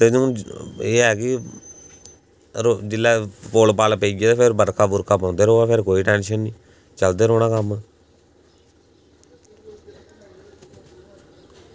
तदूं एह् की जेल्लै रोड़ पेई जा ते फिर बर्खा पौंदी रवै फिर कोई टेंशन निं चलदे रौह्ना कम्म